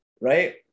right